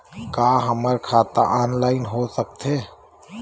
का हमर खाता ऑनलाइन हो सकथे?